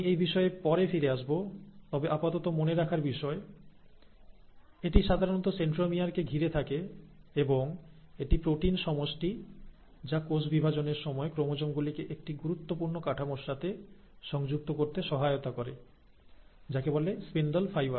আমি এই বিষয়ে পরে ফিরে আসবো তবে আপাতত মনে রাখার বিষয় এটি সাধারণত সেন্ট্রোমিয়ারকে ঘিরে থাকে এবং এটি প্রোটিন সমষ্টি যা কোষ বিভাজনের সময় ক্রোমোজোম গুলিকে একটি গুরুত্বপূর্ণ কাঠামোর সাথে সংযুক্ত করতে সহায়তা করে যাকে বলে স্পিন্ডল ফাইবার